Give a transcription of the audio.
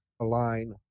align